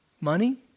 Money